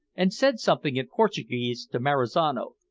and said something in portuguese to marizano,